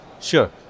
Sure